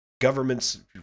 Governments